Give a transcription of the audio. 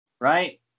Right